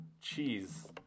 cheese